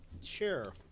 Sure